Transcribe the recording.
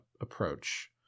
approach